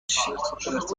ترمز